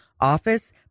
office